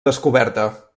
descoberta